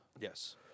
Yes